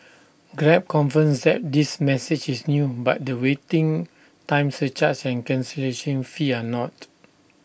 grab confirms that this message is new but the waiting time surcharge and cancellation fee are not